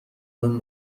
نون